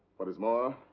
what is more.